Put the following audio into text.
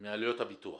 מעלויות הפיתוח.